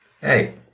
Hey